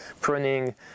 pruning